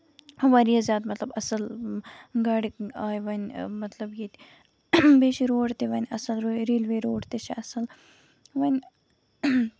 واریاہ زیادٕ مطلب اَصٕل گاڑِ آیہِ وۄنۍ مطلب ییٚتہِ بیٚیہِ چھُ روڑ تہِ اَصٕل ریلوے روڑ تہِ چھُ اَصٕل وۄنۍ